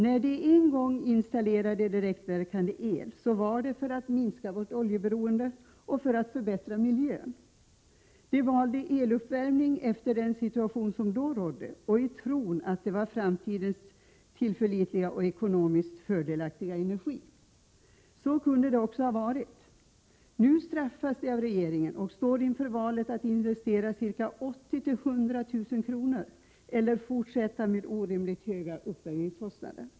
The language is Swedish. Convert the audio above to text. När de en gång i tiden installerade direktverkande el, var det för att minska vårt oljeberoende och för att förbättra miljön. De valde eluppvärmning efter den situation som då rådde och i tron att detta var framtidens mest tillförlitliga och mest ekonomiskt fördelaktiga energislag. Så kunde det också ha blivit. Dessa småhusägare straffas nu av regeringen och står inför valet att investera ca 80 000-100 000 kr. eller fortsätta att ha orimligt höga uppvärmningskostnader.